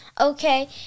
okay